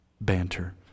banter